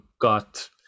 got